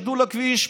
ירדו לכביש,